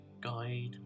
guide